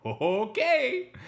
okay